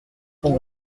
sont